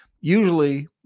Usually